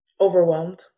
Overwhelmed